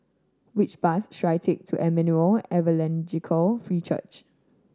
which bus should I take to Emmanuel Evangelical Free Church